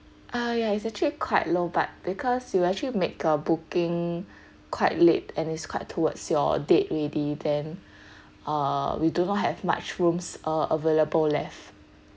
uh ya it's actually quite low but because you actually make a booking quite late and is quite towards your date already then uh we do not have much rooms uh available left